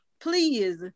please